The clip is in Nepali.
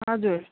हजुर